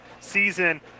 season